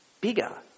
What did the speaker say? bigger